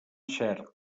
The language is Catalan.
xert